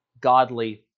godly